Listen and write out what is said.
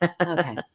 Okay